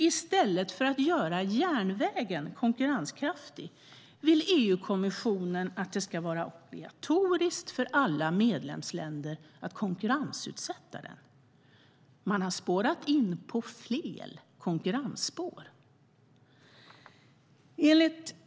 I stället för att göra järnvägen konkurrenskraftig vill EU-kommissionen att det ska vara obligatoriskt för alla medlemsländer att konkurrensutsätta den. Man har spårat in på fel konkurrensspår.